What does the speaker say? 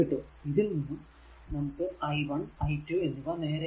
ഇതിൽ നിന്നും നമുക്ക് i 1 i 2 എന്നിവ നേരെ കിട്ടും